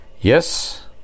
Yes